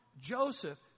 Joseph